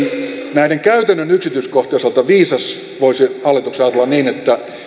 näiden käytännön yksityiskohtien osalta viisas voisi hallituksessa ajatella niin